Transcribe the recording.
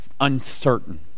uncertain